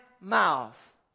mouth